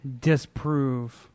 disprove